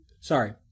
sorry